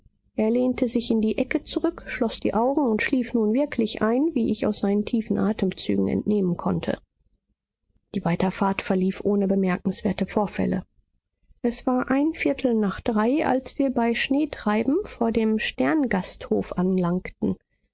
er lehnte sich in die ecke zurück schloß die augen und schlief nun wirklich ein wie ich aus seinen tiefen atemzügen entnehmen konnte die weiterfahrt verlief ohne bemerkenswerte vorfälle es war ein viertel nach drei als wir bei schneetreiben vor dem sterngasthof anlangten